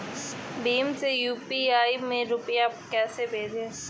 भीम से यू.पी.आई में रूपए कैसे भेजें?